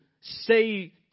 say